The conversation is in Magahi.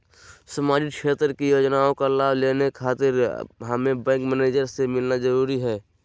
सामाजिक क्षेत्र की योजनाओं का लाभ लेने खातिर हमें बैंक मैनेजर से मिलना जरूरी है?